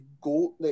go